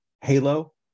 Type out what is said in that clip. Halo